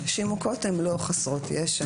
נשים מוכות הן לא חסרות ישע.